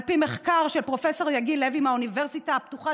על פי מחקר של פרופ' יגיל לוי מהאוניברסיטה הפתוחה,